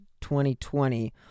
2020